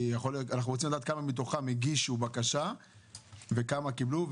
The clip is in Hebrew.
כי אנחנו רוצים לדעת כמה מתוכם הגישו בקשה וכמה קיבלו,